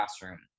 classroom